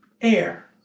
air